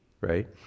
right